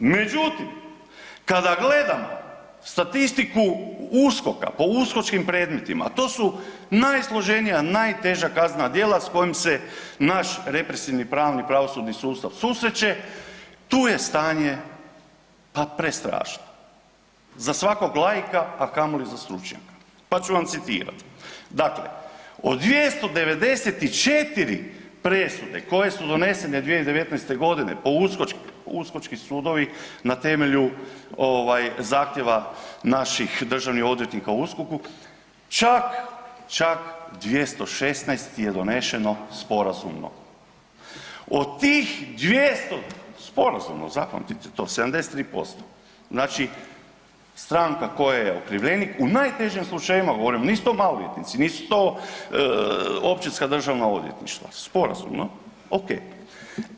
Međutim, kada gledamo statistiku USKOK-a po uskočkim predmetima, a to su najsloženija, najteža kaznena djela s kojim se naš represivni pravni pravosudni sustav susreće, tu je stanje pa prestrašno za svakog laika, a kamoli za stručnjaka pa ću vam citirati, dakle od 294 presude koje su donesene 2019.g. uskočki sudovi na temelju zahtjeva naših državnih odvjetnika u USKOK-u čak 216 je donešeno sporazumno, od tih sporazumno zapamtite to 73% znači stranka koja je okrivljenik u najtežim slučajevima, govorim nisu to maloljetnici, nisu to općinska državna odvjetništva, sporazumno ok.